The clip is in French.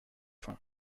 faim